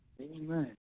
Amen